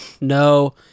No